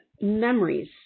memories